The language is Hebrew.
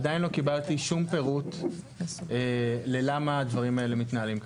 עדיין לא קיבלתי שום פירוט ללמה הדברים האלה מתנהלים ככה.